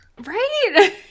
Right